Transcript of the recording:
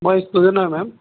মই ষ্টুডেণ্ট হয় মেম